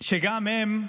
שגם הם,